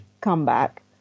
comeback